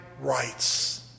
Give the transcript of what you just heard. rights